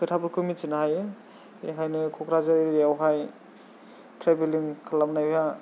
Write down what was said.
खोथाफोरखौ मिथिनो हायो बेखायनो क'क्राझार एरियायावहाय ट्रेभेलिं खालामनाया